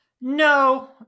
No